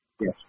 Yes